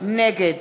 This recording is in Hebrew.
נגד